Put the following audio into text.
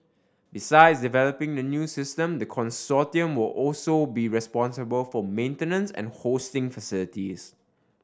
besides developing the new system the consortium will also be responsible for maintenance and hosting facilities